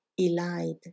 elide